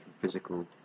physical